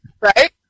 Right